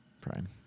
Prime